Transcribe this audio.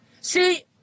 See